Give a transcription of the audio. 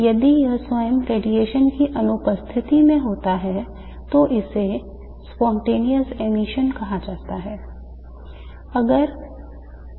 यदि यह स्वयं रेडिएशन की अनुपस्थिति में होता है तो इसे स्वतःस्फूर्त उत्सर्जन कहा जाता है